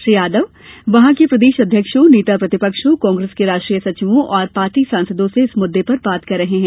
श्री यादव वहां के प्रदेश अध्यक्षों नेता प्रतिपक्षों कांग्रेस के राष्ट्रीय सचिवों और पार्टी सांसदों से इस मुद्दे पर बात कर रहे हैं